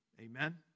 Amen